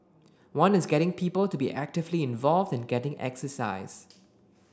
one is getting people to be actively involved and getting exercise